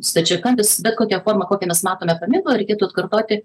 stačiakampis bet kokia forma kokią mes matome paminklo reikėtų atkartoti